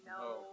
No